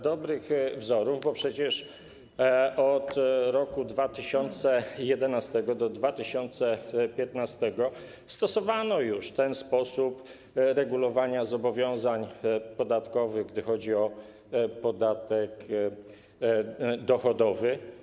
Dobrych wzorów, bo przecież od roku 2011 do 2015 stosowano już ten sposób regulowania zobowiązań podatkowych, gdy chodzi o podatek dochodowy.